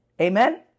Amen